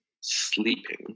sleeping